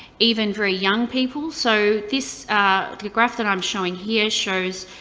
even very young people. so this graph that i'm showing here shows,